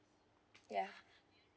ya